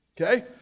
okay